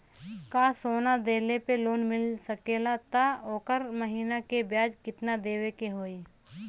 का सोना देले पे लोन मिल सकेला त ओकर महीना के ब्याज कितनादेवे के होई?